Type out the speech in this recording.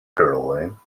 caroline